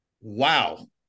Wow